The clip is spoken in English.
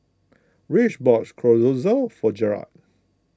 Rich bought Chorizo for Jerald